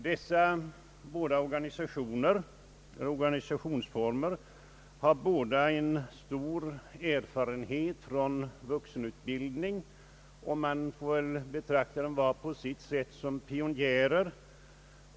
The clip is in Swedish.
Dessa organisationsformer har båda stor erfarenhet av vuxenut bildningen, och man får betrakta dem var och en på sitt sätt som pionjärer.